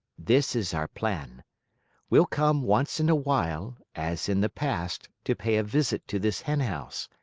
this is our plan we'll come once in a while, as in the past, to pay a visit to this henhouse,